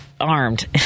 armed